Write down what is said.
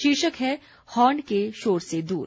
शीर्षक है हॉर्न के शोर से दूर